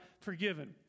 forgiven